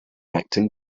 acting